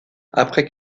après